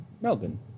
Melbourne